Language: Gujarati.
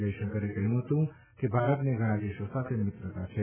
જયશંકરે કહ્યં કે ભારતને ઘણાં દેશો સાથે મિત્રતા છે